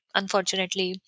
unfortunately